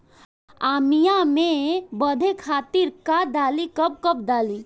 आमिया मैं बढ़े के खातिर का डाली कब कब डाली?